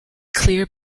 clear